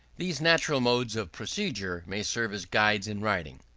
these natural modes of procedure may serve as guides in writing.